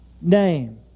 name